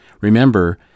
Remember